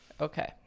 Okay